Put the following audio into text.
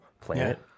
planet